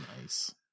Nice